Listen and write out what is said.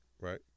right